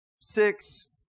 six